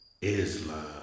Islam